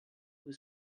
was